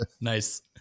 Nice